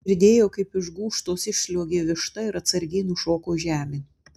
girdėjo kaip iš gūžtos išsliuogė višta ir atsargiai nušoko žemėn